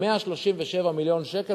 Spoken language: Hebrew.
137 מיליון שקל,